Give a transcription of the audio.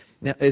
Now